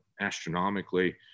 astronomically